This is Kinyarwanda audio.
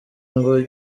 ngo